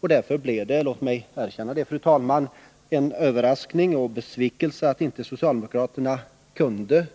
Och därför blev det, låt mig erkänna det, en överraskning och besvikelse att inte socialdemokraterna kunde,